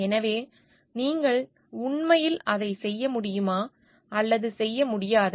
எனவே நீங்கள் உண்மையில் அதை செய்ய முடியுமா அல்லது செய்ய முடியாதா